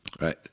Right